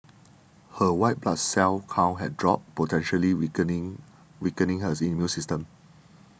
her white blood cell count had dropped potentially weakening weakening her immune system